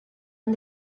and